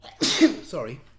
Sorry